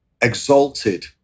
Exalted